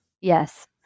Yes